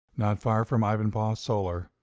not far from ivanpah solar,